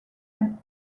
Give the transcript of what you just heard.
and